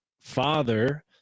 father